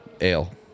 Ale